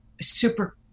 super